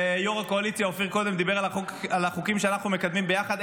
ויו"ר הקואליציה אופיר דיבר קודם על החוקים שאנחנו מקדמים ביחד.